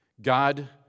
God